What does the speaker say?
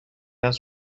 است